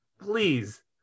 please